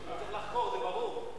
אני רוצה לחקור, זה ברור.